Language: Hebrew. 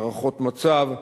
הערכות מצב,